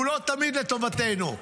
הוא לא תמיד לטובתנו,